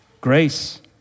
Grace